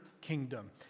kingdom